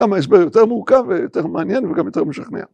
גם ההסבר יותר מורכב ויותר מעניין וגם יותר משכנע.